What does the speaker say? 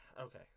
Okay